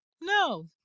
No